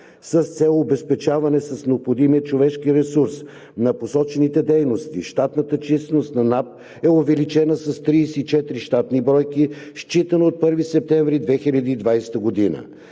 С цел обезпечаване с необходимия човешки ресурс на посочените дейности, щатната численост на НАП е увеличена с 34 щатни бройки, считано от 1 септември 2020 г.